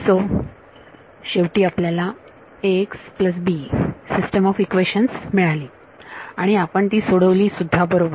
so शेवटी आपल्याला system of equations मिळाली आणि आपण ती सोडवली सुद्धा बरोबर